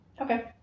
Okay